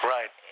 Right